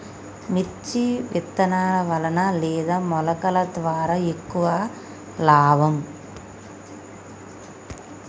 మిర్చి విత్తనాల వలన లేదా మొలకల ద్వారా ఎక్కువ లాభం?